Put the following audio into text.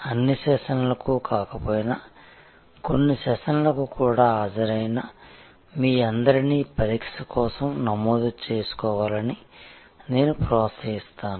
అన్నీ సెషన్లకు కాకపోయినా కొన్ని సెషన్లకు కూడా హాజరైన మీ అందరిని పరీక్ష కోసం నమోదు చేసుకోవాలని నేను ప్రోత్సహిస్తాను